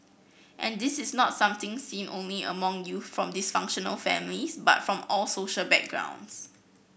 and this is not something seen only among youth from dysfunctional families but from all social backgrounds